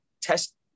test